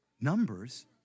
Numbers